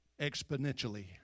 exponentially